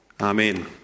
Amen